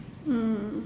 mm